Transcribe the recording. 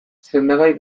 sendagai